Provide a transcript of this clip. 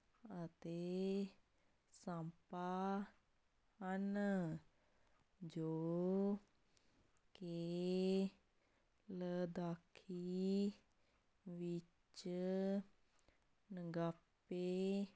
ਅਤੇ ਸਾਪਾਂ ਹਨ ਜੋ ਕਿ ਲੱਦਾਖੀ ਵਿੱਚ ਨਗਾਪੇ